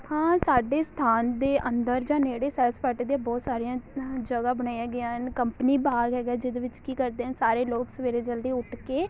ਹਾਂ ਸਾਡੇ ਸਥਾਨ ਦੇ ਅੰਦਰ ਜਾਂ ਨੇੜੇ ਸੈਰ ਸਪਾਟੇ ਦੀਆਂ ਬਹੁਤ ਸਾਰੀਆਂ ਜਗ੍ਹਾ ਬਣਾਈਆਂ ਗਈਆਂ ਹਨ ਕੰਪਨੀ ਬਾਗ ਹੈਗਾ ਜਿਹਦੇ ਵਿੱਚ ਕੀ ਕਰਦੇ ਆ ਸਾਰੇ ਲੋਕ ਸਵੇਰੇ ਜਲਦੀ ਉੱਠ ਕੇ